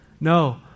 No